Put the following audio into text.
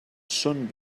són